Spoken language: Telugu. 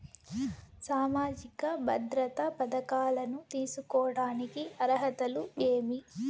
సామాజిక భద్రత పథకాలను తీసుకోడానికి అర్హతలు ఏమి?